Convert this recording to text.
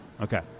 Okay